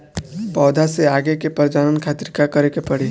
पौधा से आगे के प्रजनन खातिर का करे के पड़ी?